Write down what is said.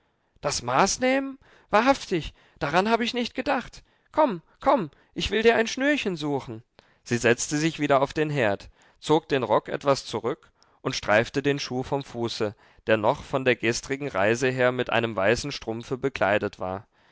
das maß nehmen wahrhaftig daran hab ich nicht gedacht komm komm ich will dir ein schnürchen suchen sie setzte sich wieder auf den herd zog den rock etwas zurück und streifte den schuh vom fuße der noch von der gestrigen reise her mit einem weißen strumpfe bekleidet war